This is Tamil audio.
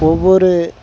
ஒவ்வொரு